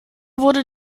wurde